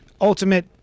Ultimate